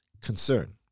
concern